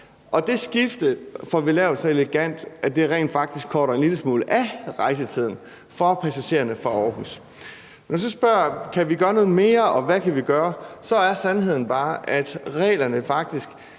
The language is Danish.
Og det skifte får vi lavet så elegant, at det rent faktisk afkorter rejsetiden en lille smule for passagererne fra Aarhus. Når man så spørger, om vi kan gøre noget mere, og hvad vi kan gøre, er sandheden bare, at reglerne i